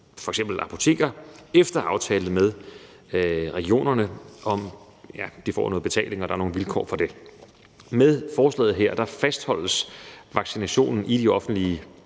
f.eks. apoteker, efter aftale med regionerne om, at de får noget betaling, og at der er nogle vilkår for det. Med forslaget her fastholdes vaccinationen i de offentlige